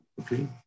okay